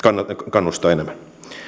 kannustaa enemmän